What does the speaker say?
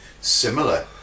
similar